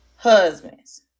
husbands